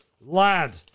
Lad